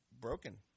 broken